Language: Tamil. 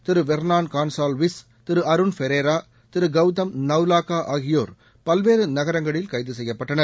திரு வெர்னான் கான்சால்விஸ் திரு அருண் ஃபெரேரா திரு கவுதம் நவுலாக்கா ஆகியோர் பல்வேறு நகரங்களில் கைது செய்யப்பட்டனர்